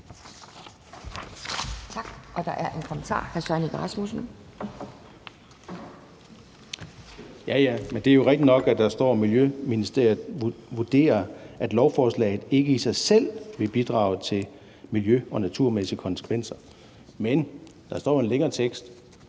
Hr. Søren Egge Rasmussen. Kl. 12:16 Søren Egge Rasmussen (EL): Ja, ja, det er jo rigtigt nok, at der står, at Miljøministeriet vurderer, at lovforslaget ikke i sig selv vil bidrage til miljø- og naturmæssige konsekvenser, men der er en længere tekst,